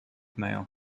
mail